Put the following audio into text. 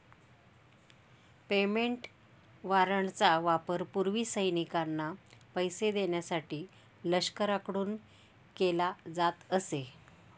payment वॉरंटचा वापर पूर्वी सैनिकांना पैसे देण्यासाठी लष्कराकडून केला जात असे